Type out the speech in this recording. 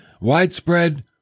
Widespread